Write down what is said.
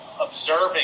observing